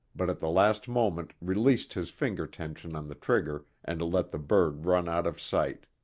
but at the last moment released his finger tension on the trigger and let the bird run out of sight.